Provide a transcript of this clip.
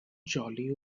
jolly